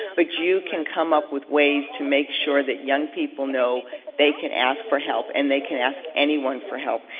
but you can come up with ways to make sure that young people know they can ask for help, and they can ask anyone for help.